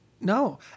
No